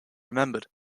remembered